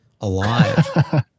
alive